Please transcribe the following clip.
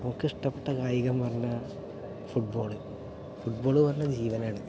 എനിക്കിഷ്ടപ്പെട്ട കായികം പറഞ്ഞാൽ ഫുട്ബോൾ ഫുട്ബോൾ പറഞ്ഞാൽ ജീവനാണ്